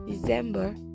December